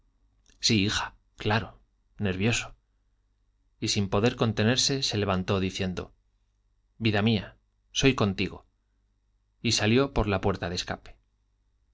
hija claro nervioso y sin poder contenerse se levantó diciendo vida mía soy contigo y salió por la puerta de escape